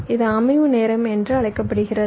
இது அமைவு நேரம் என்று அழைக்கப்படுகிறது